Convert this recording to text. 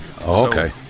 Okay